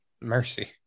Mercy